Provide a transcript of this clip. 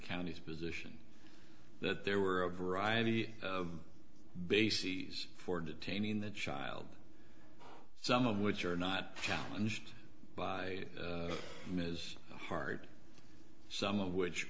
county's position that there were a variety of bases for detaining the child some of which are not challenge by ms hard some of which